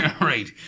Right